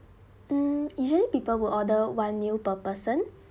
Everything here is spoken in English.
mm usually people will order one meal per person